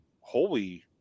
holy